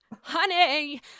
honey